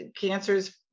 cancers